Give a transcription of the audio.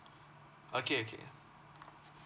okay okay